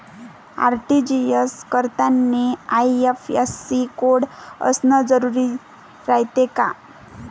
RTGS करतांनी IFSC code असन जरुरी रायते का?